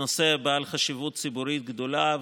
נושא עם חשיבות ציבורית גדולה,